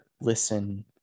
listen